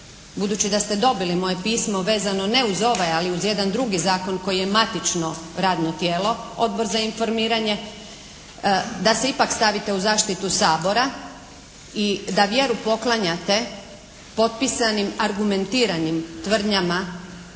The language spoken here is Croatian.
budući da ste dobili moje pismo vezano ne uz ovaj ali uz jedan drugi zakon koji je matično radno tijelo, Odbor za informiranje, da se ipak stavite u zaštitu Sabora i da vjeru poklanjate potpisanim argumentiranim tvrdnjama